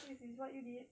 this is what you did